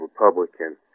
Republican